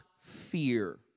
fear